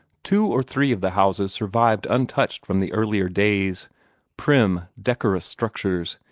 two or three of the houses survived untouched from the earlier days prim, decorous structures,